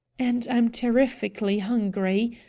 and i'm terrifically hungry.